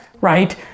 right